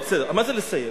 בסדר, מה זה לסיים?